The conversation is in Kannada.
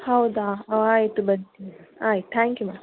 ಹೌದಾ ಆಯಿತು ಬರ್ತೀನಿ ಆಯ್ತು ಟ್ಯಾಂಕ್ ಯು ಮ್ಯಾಮ್